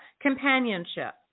companionship